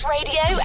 Radio